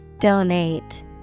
Donate